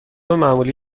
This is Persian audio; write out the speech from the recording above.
معمولی